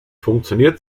funktioniert